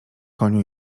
koniu